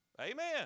Amen